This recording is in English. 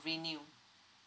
renew